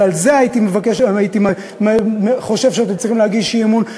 ועל זה הייתי חושב שאתם צריכים להגיש אי-אמון,